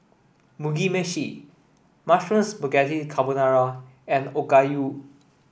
Mugi Meshi Mushroom Spaghetti Carbonara and Okayu